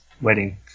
wedding